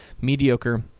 mediocre